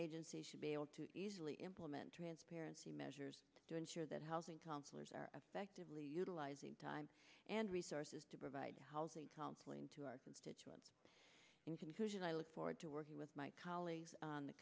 agencies should be able to easily implementor hands parents the measures to ensure that housing counselors are affectively utilizing time and resources to provide counseling to our constituents in conclusion i look forward to working with my colleagues on the